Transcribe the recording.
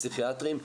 פסיכיאטריים,